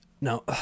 now